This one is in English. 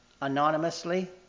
anonymously